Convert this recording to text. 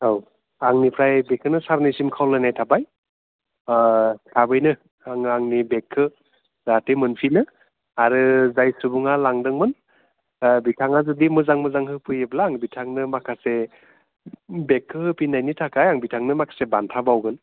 औ आंनिफ्राय बेखोनो सारनिसिम खावलायनाय थाबाय थाबैनो आङो आंनि बेगखो जाहाथे मोनफिनो आरो जाय सुबुङा लांदोंमोन दा बिथाङा जुदि मोजाङै मोजां होफैयोब्ला बिथांनो माखासे बेगखो होफिननायनि थाखाय बिथांनो माखासे बान्था बाउगोन